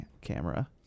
camera